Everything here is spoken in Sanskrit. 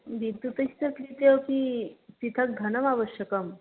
विद्युतस्य कृते अपि पृथक् धनम् आवश्यकम्